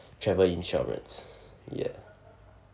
travel insurance ya